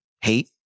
hate